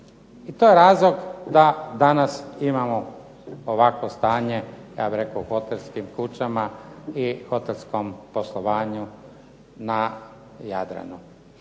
I to je razlog da danas imamo i ovakvo stanje u ja bih rekao hotelskim kućama i hotelskom poslovanju na Jadranu.